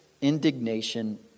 indignation